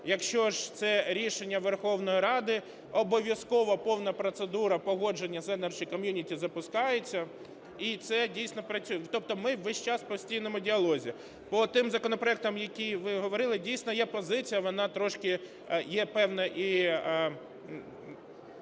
якщо ж це рішення Верховної Ради, обов'язково повна процедура погодження з Energy Community запускається, і це, дійсно, працює. Тобто ми весь час в постійному діалозі. По тим законопроектам, які ви говорили, дійсно, є позиція, вона трошки… є певна…